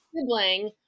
sibling